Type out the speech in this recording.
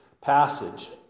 passage